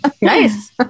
Nice